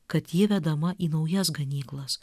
kad ji vedama į naujas ganyklas